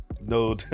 No